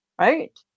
Right